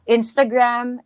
Instagram